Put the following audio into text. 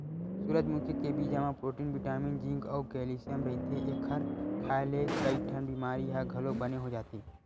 सूरजमुखी के बीजा म प्रोटीन बिटामिन जिंक अउ केल्सियम रहिथे, एखर खांए ले कइठन बिमारी ह घलो बने हो जाथे